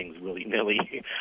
willy-nilly